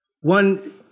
One